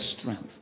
strength